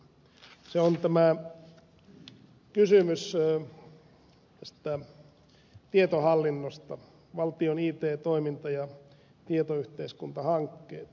se on tämä kysymys tästä tietohallinnosta valtion it toiminta ja tietoyhteiskuntahankkeet